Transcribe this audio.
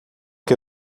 que